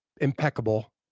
impeccable